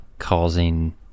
causing